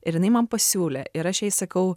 ir jinai man pasiūlė ir aš jai sakau